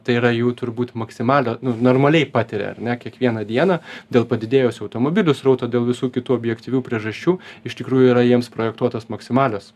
tai yra jų turbūt maksimalią nu normaliai patiria ar ne kiekvieną dieną dėl padidėjusio automobilių srauto dėl visų kitų objektyvių priežasčių iš tikrųjų yra jiems projektuotos maksimalios